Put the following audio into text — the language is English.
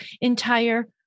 entire